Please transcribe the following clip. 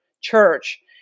church